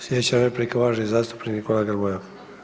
Sljedeća replika, uvaženi zastupnik Nikola Grmoja.